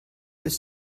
ist